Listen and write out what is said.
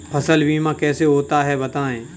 फसल बीमा कैसे होता है बताएँ?